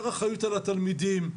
יותר אחריות על התלמידים.